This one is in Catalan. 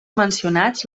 mencionats